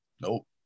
nope